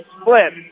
split